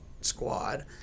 squad